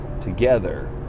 together